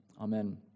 Amen